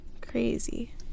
Crazy